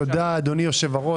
תודה, אדוני יושב-הראש.